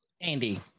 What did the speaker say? Andy